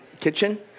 kitchen